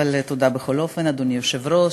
מזון או שתייה מאותו סוג הנמכר במקום),